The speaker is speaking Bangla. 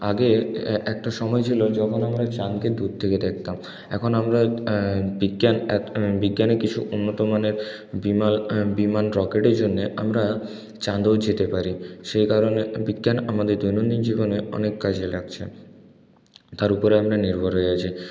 আগে একটা সময় ছিল যখন আমরা চাঁদকে দূর থেকে দেখতাম এখন আমরা বিজ্ঞান বিজ্ঞানের কিছু উন্নতমানের বিমান বিমান রকেটের জন্যে আমরা চাঁদেও যেতে পারি সেই কারণে বিজ্ঞান আমাদের দৈনন্দিন জীবনে অনেক কাজে লাগছে তার উপরে আমরা নির্ভর হয়ে আছি